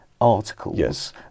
articles